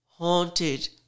haunted